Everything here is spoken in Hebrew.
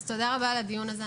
אז תודה רבה על הדיון הזה,